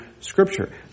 Scripture